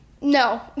No